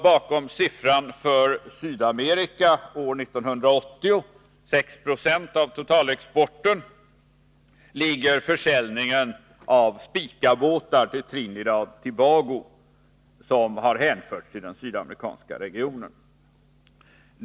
Bakom siffran 6 26 av totalexporten till Sydamerika år 1980 ligger försäljningen av patrullbåtar till Trinidad och Tobago, som har hänförts till den sydamerikanska regionen.